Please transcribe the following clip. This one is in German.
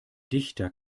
dichter